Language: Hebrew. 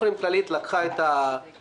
לא עשיתם טובה, זה מה שהחוק קבע.